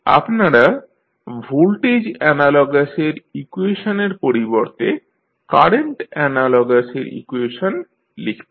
আপনারা ভোল্টেজ অ্যানালগাসের ইকুয়েশনের পরিবর্তে কারেন্ট অ্যানালগাসের ইকুয়েশন লিখবেন